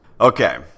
Okay